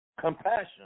Compassion